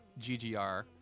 GGR